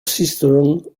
cistern